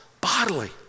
bodily